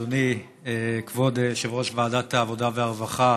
אדוני כבוד יושב-ראש ועדת העבודה והרווחה,